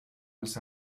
los